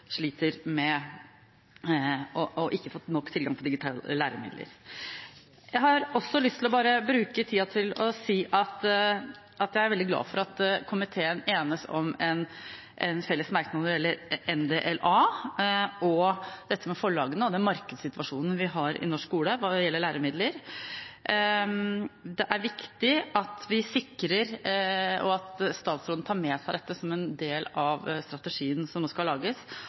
sliter og ikke får nok tilgang på digitale læremidler. Jeg har også lyst til å bruke tiden til å si at jeg er veldig glad for at komiteen enes om en felles merknad når det gjelder NDLA og dette med forlagene og den markedssituasjonen vi har i norsk skole hva gjelder læremidler. Det er viktig at vi sikrer – og at statsråden tar med seg – dette som en del av strategien som nå skal lages,